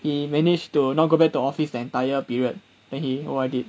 he managed to not go back to office the entire period when he O_R_D